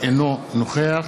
אינו נוכח